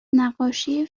نقاشی